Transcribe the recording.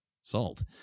salt